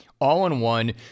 all-in-one